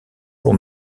pour